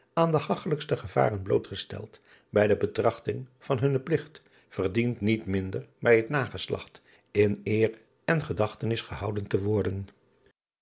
aan de hagchelijkste gevaren blootgesteld bij de betrachting van hunnen pligt verdient niet minder bij het nageslacht in eere en gedachtenis gehouden te worden